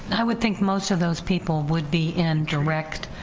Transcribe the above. i would think most of those people would be in direct